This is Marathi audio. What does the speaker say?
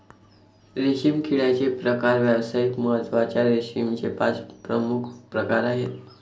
रेशीम किड्याचे प्रकार व्यावसायिक महत्त्वाच्या रेशीमचे पाच प्रमुख प्रकार आहेत